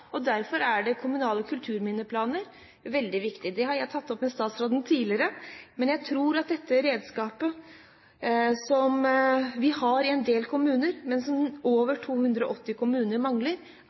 og derfor er kommunale kulturminneplaner veldig viktige. Det har jeg tatt opp med statsråden tidligere, men jeg tror at dette redskapet som vi har i en del kommuner, men som over 280 kommuner mangler,